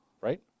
right